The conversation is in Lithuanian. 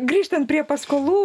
grįžtant prie paskolų